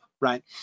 Right